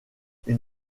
une